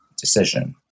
decision